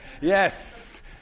Yes